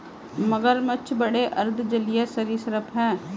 मगरमच्छ बड़े अर्ध जलीय सरीसृप हैं